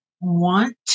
want